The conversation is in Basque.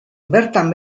bertan